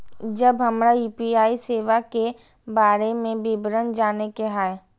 जब हमरा यू.पी.आई सेवा के बारे में विवरण जाने के हाय?